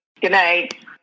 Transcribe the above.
Goodnight